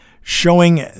showing